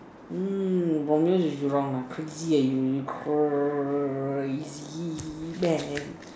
mm is wrong ah crazy eh you crazy man